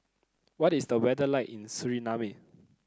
what is the weather like in Suriname